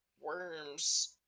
worms